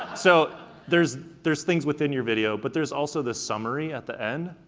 so there's there's things within your video, but there's also this summary at the end,